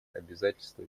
обязательства